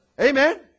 Amen